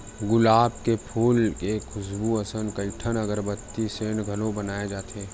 गुलाब के फूल के खुसबू असन कइठन अगरबत्ती, सेंट घलो बनाए जाथे